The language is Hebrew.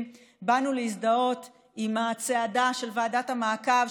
באנו להזדהות עם הצעדה של ועדת המעקב,